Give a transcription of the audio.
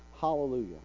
Hallelujah